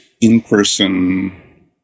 in-person